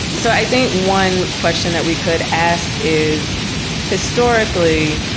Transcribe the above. so i think one question that we could ask is historically,